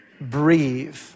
breathe